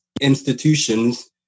institutions